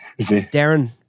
Darren –